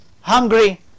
hungry